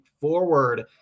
forward